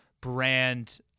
brand